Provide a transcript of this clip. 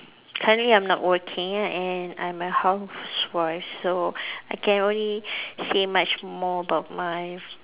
currently I'm not working right and I'm a housewife so I can only say much more about my